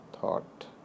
thought